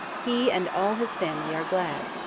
he and all his family are glad.